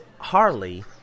Harley